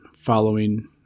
following